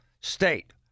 state